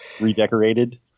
Redecorated